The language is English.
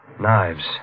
Knives